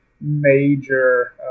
major